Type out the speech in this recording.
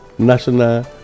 national